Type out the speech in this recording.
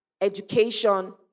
education